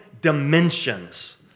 dimensions